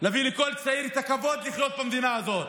להביא לכל צעיר את הכבוד לחיות במדינה הזאת.